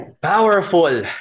Powerful